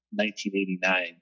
1989